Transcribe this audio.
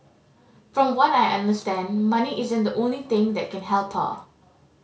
from what I understand money isn't the only thing that can help her